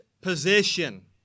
position